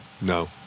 No